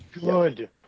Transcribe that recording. good